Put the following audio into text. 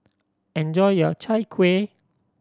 enjoy your Chai Kueh